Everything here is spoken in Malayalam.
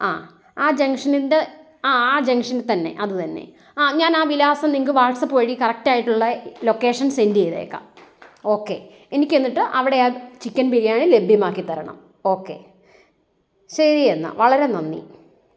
ആ ജംഗ്ഷന്ൻ്റെ ആ ജംഗ്ഷനി തന്നെ അത് തന്നെ ഞാൻ ആ വിലാസം നിങ്ങൾക്ക് വാട്സപ്പ് വഴി കറക്റ്റായിട്ടുള്ള ലൊക്കേഷൻ സെൻഡ് ചെയ്തേക്കാം ഓക്കേ എനിക്കെന്നിട്ട് അവിടെ ആ ചിക്കൻ ബിരിയാണി ലഭ്യമാക്കി തരണം ഓക്കേ ശരി എന്നാൽ വളരെ നന്ദി